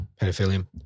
pedophilia